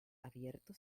abierto